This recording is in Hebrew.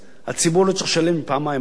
הציבור לא יצטרך לשלם פעמיים אגרה.